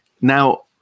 now